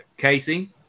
Casey